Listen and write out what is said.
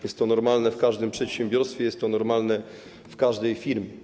Jest to normalne w każdym przedsiębiorstwie, jest to normalne w każdej firmie.